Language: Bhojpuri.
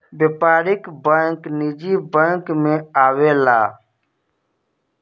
व्यापारिक बैंक निजी बैंक मे आवेला